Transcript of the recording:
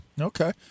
Okay